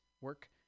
work